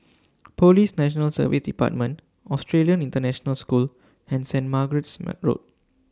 Police National Service department Australian International School and Saint Margaret's Road